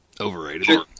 Overrated